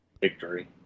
Victory